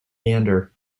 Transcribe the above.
gander